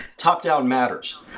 top down matters,